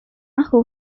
who